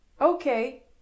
Okay